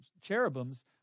cherubims